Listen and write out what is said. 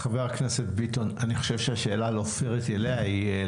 חבר הכנסת ביטון, אני חושב שהשאלה לא פיירית אליה.